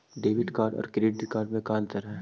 Debit card और credit card में अन्तर है?